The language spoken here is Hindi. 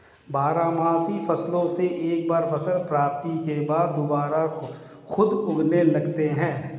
बारहमासी फसलों से एक बार फसल प्राप्ति के बाद दुबारा खुद उगने लगते हैं